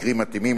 במקרים מתאימים,